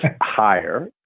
higher